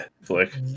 Flick